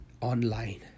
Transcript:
online